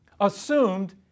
assumed